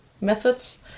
methods